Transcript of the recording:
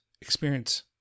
experience